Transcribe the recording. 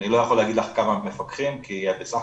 אני לא יכול להגיד לך כמה מפקחים כי בסך